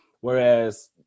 Whereas